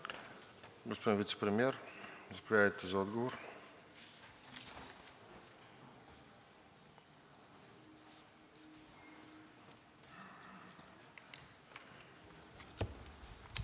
Господин Вицепремиер, заповядайте за отговор